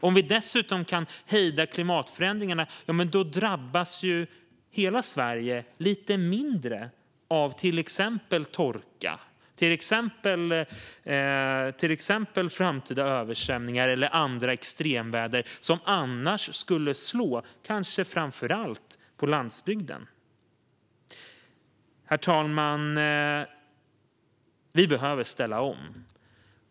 Om vi dessutom kan hejda klimatförändringarna drabbas ju hela Sverige lite mindre av till exempel framtida torka, översvämningar eller andra extremväder som annars skulle slå kanske framför allt mot landsbygden. Herr talman! Vi behöver ställa om.